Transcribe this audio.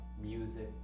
music